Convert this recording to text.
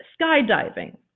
skydiving